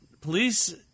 police